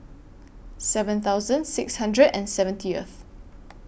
seven thousand six hundred and seventieth